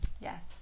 Yes